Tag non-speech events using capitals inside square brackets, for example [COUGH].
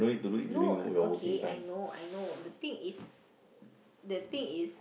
[NOISE] no okay I know I know the thing is [NOISE] the thing is